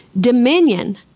dominion